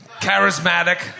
charismatic